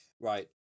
right